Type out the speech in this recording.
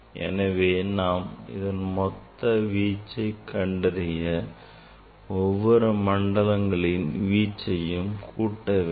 எனவே நாம் இதன் மொத்த வீச்சை கண்டறிய ஒவ்வொரு மண்டலங்களின் வீச்சையும் கூட்ட வேண்டும்